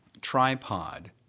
tripod